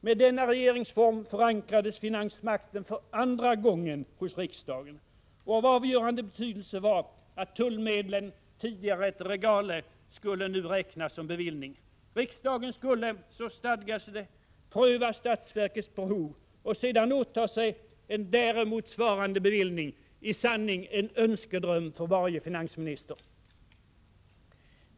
Med denna regeringsform förankrades finansmakten för andra gången hos riksdagen. Av avgörande betydelse var att tullmedlen, tidigare ett regale, nu skulle räknas som bevillning. Riksdagen skulle, så stadgades det, pröva statsverkets behov och sedan åtaga sig en däremot svarande bevillning, i sanning en önskedröm för varje finansminister.